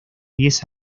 diez